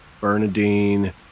Bernadine